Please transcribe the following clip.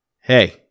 Hey